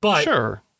Sure